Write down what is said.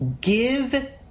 give